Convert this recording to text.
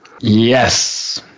Yes